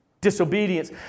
disobedience